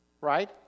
Right